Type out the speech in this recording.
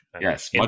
Yes